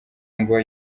ngo